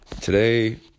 Today